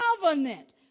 covenant